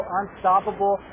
unstoppable